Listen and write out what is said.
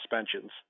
suspensions